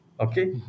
okay